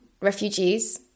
Refugees